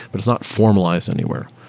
but it's not formalized anywhere,